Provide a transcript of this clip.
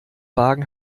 wagen